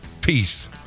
Peace